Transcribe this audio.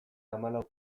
hamalau